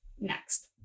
Next